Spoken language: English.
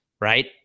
right